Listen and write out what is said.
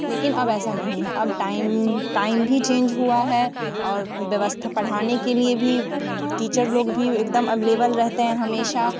लेकिन अब ऐसा नहीं है अब टाइम टाइम भी चेंज हुआ है और व्यवस्था पढ़ाने के लिए भी टीचर लोग भी एक दम अवेलेबल रहते हैं हमेशा